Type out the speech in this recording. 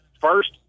first